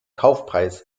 kaufpreis